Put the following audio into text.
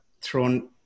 thrown